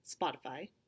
spotify